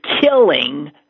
killing